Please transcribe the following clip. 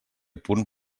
punt